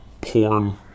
porn